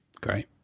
great